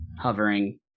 hovering